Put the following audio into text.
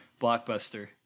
blockbuster